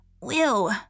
Will